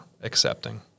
accepting